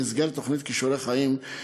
במסגרת תוכנית "כישורי חיים",